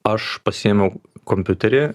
aš pasiėmiau kompiuterį